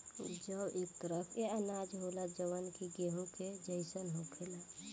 जौ एक तरह के अनाज होला जवन कि गेंहू के जइसन होखेला